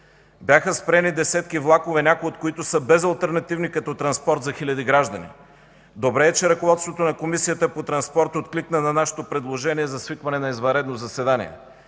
Бяха спрени десетки влакове, някои от които са безалтернативни като транспорт за хиляди граждани. Добре е, че ръководството на Комисията по транспорт откликна на нашето предложение за свикване на извънредно заседание.